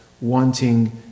wanting